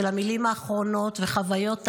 של המילים האחרונות וחוויות השבי,